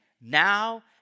now